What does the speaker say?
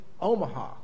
Omaha